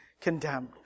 condemned